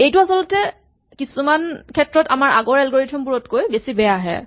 এইটো আচলতে কিছুমান ক্ষেত্ৰত আমাৰ আগৰ এলগৰিথম বোৰতকৈ বেছি বেয়াহে